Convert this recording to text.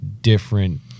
different